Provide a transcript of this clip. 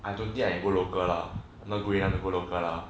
I don't think I can go local lah not going down to go local lah